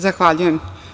Zahvaljujem.